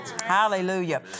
Hallelujah